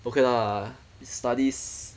okay lah studies